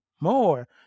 more